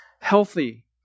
healthy